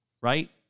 right